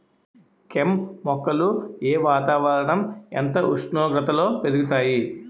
కెమ్ మొక్కలు ఏ వాతావరణం ఎంత ఉష్ణోగ్రతలో పెరుగుతాయి?